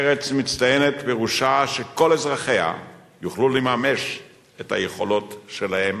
ארץ מצטיינת פירושה שכל אזרחיה יוכלו לממש את היכולות שלהם,